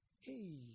Hey